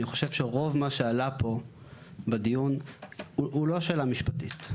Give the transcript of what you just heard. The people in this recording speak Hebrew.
אני חושב שרוב מה שעלה פה בדיון הוא לא שאלה משפטית,